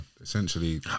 essentially